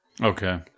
Okay